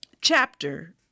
Chapter